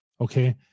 Okay